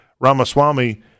Ramaswamy